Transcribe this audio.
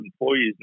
employees